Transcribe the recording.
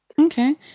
Okay